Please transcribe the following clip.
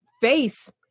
face